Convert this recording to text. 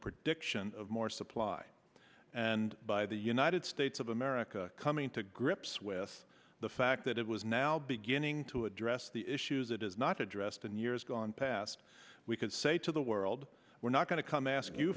prediction of more supply and by the united states of america coming to grips with the fact that it was now beginning to address the issues it has not addressed in years gone past we can say to the world we're not going to come ask you